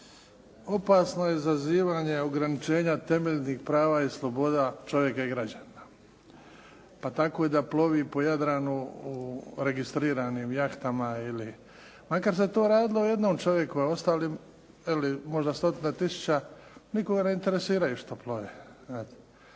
opasno je zazivanje ograničenja temeljnih prava i sloboda čovjeka i građanina, pa tako da plovi po Jadranu u registriranim jahtama. Makar se to radilo o jednom čovjeku, a ostalih stotine tisuća nikoga ne interesiraju što plove.